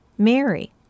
Mary